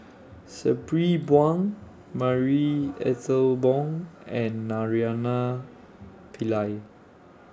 Sabri Buang Marie Ethel Bong and Naraina Pillai